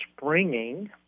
springing